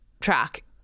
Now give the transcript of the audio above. track